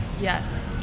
Yes